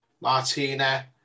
Martina